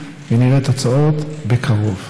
ונראה תוצאות בקרוב.